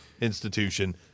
institution